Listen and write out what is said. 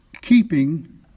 keeping